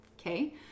okay